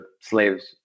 slaves